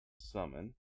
Summon